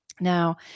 Now